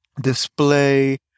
display